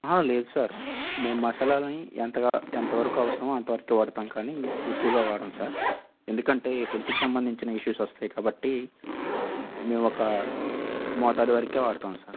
అహా లేదు సార్ మేము మసాలాలన్ని ఎంతవరుకు అవసరమో అంత వరుకే వాడాతం కానీ ఎక్కువగా వాడం సార్ ఎందుకంటే హెల్త్కి సంబంధించిన ఇష్యూస్ వస్తాయి కాబట్టి మేమొక మోతదు వరకే వాడాతం సార్